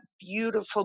beautiful